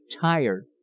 tired